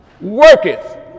worketh